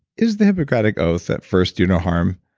is the hippocratic oath, that first do no harm?